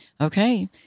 Okay